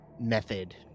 method